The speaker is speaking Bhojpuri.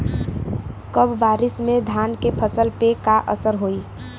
कम बारिश में धान के फसल पे का असर होई?